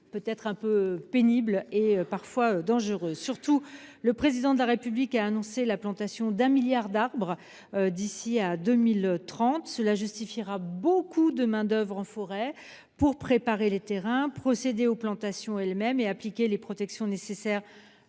métiers parfois pénibles et dangereux. Surtout, le Président de la République a annoncé la plantation de 1 milliard d'arbres d'ici à 2030, ce qui nécessitera beaucoup de main-d'oeuvre en forêt pour préparer les terrains, procéder aux plantations et appliquer les protections nécessaires